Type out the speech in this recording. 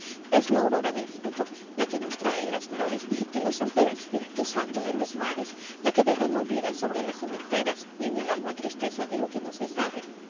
es la aurora del fruto la que nos trae las flores y nos unge de espíritu santo de los mares la que derrama vida sobre las sementeras y en el alma tristeza de lo que no se sabe